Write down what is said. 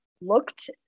looked